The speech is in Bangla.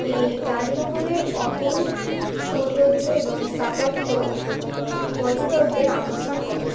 এই তাজমহলের অপরূপ সৌন্দর্য এবং স্থাপত্য পর্যটকদের আকর্ষণ করে